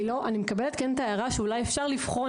אני כן מקבלת את ההערה שאולי אפשר לבחון